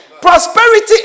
Prosperity